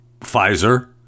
Pfizer